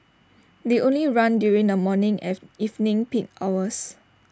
they only run during the morning and evening peak hours